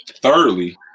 Thirdly